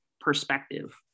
perspective